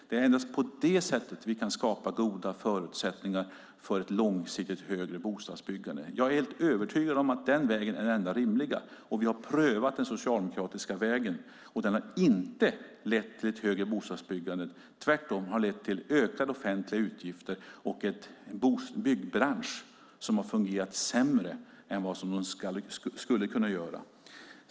Det är endast på detta sätt vi kan skapa goda förutsättningar för ett långsiktigt högre bostadsbyggande. Jag är övertygad om att det är den enda rimliga vägen. Vi har prövat den socialdemokratiska vägen, och den har inte lett till ett högre bostadsbyggande. Tvärtom har det lett till ökade offentliga utgifter och till en byggbransch som fungerat sämre än vad den skulle ha kunnat göra.